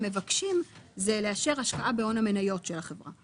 מבקשים זה לאשר השקעה בהון המניות של החברה.